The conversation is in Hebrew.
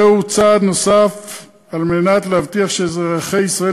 זה צעד נוסף על מנת להבטיח שאזרחי ישראל